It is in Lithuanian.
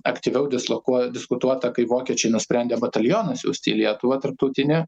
aktyviau dislokuo diskutuota kai vokiečiai nusprendė batalioną siūsti į lietuvą tarptautinį